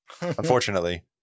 Unfortunately